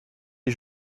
est